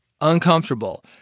uncomfortable